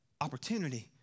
opportunity